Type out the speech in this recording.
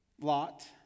Lot